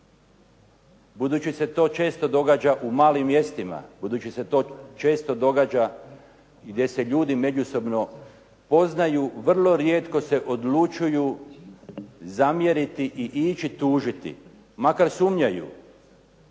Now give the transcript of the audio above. Budući se to često događa u malim mjestima, budući se to često događa gdje se ljudi međusobno poznaju vrlo rijetko se odlučuju zamjeriti i ići tužiti makar sumnjaju